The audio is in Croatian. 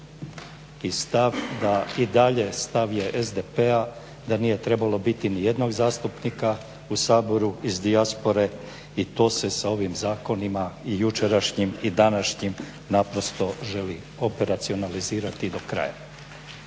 I stav da i dalje stav je SDP-a da nije trebalo biti ni jednog zastupnika u Saboru iz dijaspore i to se sa ovim zakonima i jučerašnjim i današnjim naprosto želi operacionalizirati do kraja.